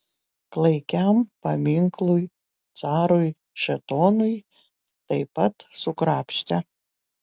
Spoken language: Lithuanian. klaikiam paminklui carui šėtonui taip pat sukrapštė